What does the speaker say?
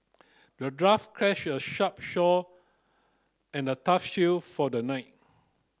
the dwarf a sharp shore and a tough shield for the knight